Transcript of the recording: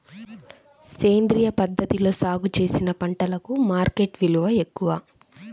సేంద్రియ పద్ధతిలో సాగు చేసిన పంటలకు మార్కెట్ విలువ ఎక్కువ